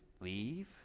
leave